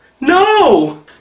No